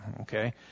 Okay